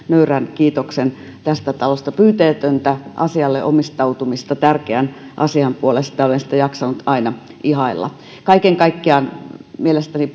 nöyrän kiitoksen tästä talosta pyyteetöntä asialle omistautumista tärkeän asian puolesta olen sitä jaksanut aina ihailla kaiken kaikkiaan mielestäni